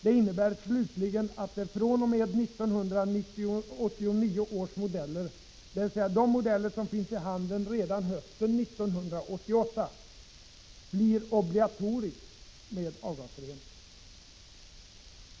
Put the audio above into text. Det innebär slutligen att det fr.o.m. 1989 års bilmodeller — dvs. de modeller som finns i handeln redan hösten 1988 — blir obligatoriskt med avgasrening.